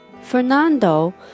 Fernando